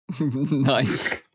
Nice